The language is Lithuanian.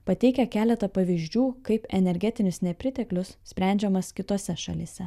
pateikia keletą pavyzdžių kaip energetinis nepriteklius sprendžiamas kitose šalyse